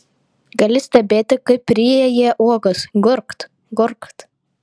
gali stebėti kaip ryja jie uogas gurkt gurkt